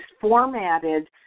formatted